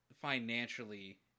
financially